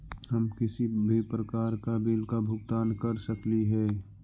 हम किसी भी प्रकार का बिल का भुगतान कर सकली हे?